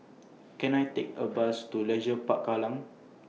Can I Take A Bus to Leisure Park Kallang